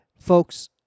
folks